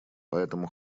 поэтому